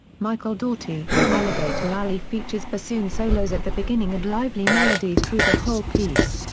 michael daugherty alligator alley features bassoon solos at the beginning and lively melody through the whole piece.